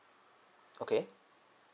okay